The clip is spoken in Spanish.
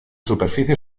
superficie